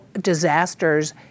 disasters